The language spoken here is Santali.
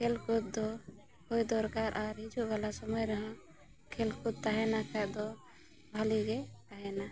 ᱠᱷᱮᱞ ᱠᱚ ᱦᱩᱭ ᱫᱚᱨᱠᱟᱨ ᱟᱨ ᱦᱤᱡᱩᱜ ᱵᱟᱞᱟ ᱥᱚᱢᱚᱭ ᱨᱮᱦᱚᱸ ᱠᱷᱮᱞ ᱠᱚᱫ ᱛᱟᱦᱮᱱᱟ ᱠᱷᱟᱡ ᱫᱚ ᱵᱷᱟᱹᱞᱤ ᱜᱮ ᱛᱟᱦᱮᱱᱟ